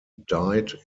died